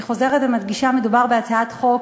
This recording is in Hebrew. אני חוזרת ומדגישה, מדובר בהצעת חוק